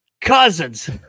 Cousins